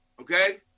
okay